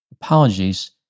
apologies